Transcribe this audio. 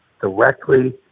directly